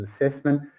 assessment